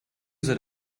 seid